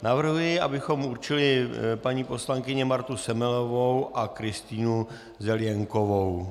Navrhuji, abychom určili paní poslankyni Martu Semelovou a Kristýnu Zelienkovou.